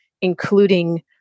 including